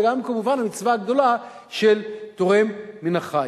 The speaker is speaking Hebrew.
וגם כמובן המצווה הגדולה של תורם מן החי.